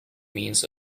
means